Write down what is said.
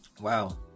wow